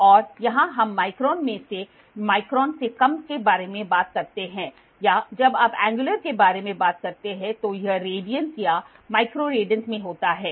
और यहां हम माइक्रोन में या माइक्रोन से कम के बारे में बात करते हैं या जब आप एंगयुलर के बारे में बात करते हैं तो यह रेडियन या माइक्रो रेडियन में होता है